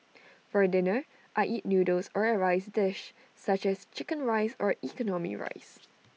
for dinner I eat noodles or A rice dish such as Chicken Rice or economy rice